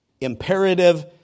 imperative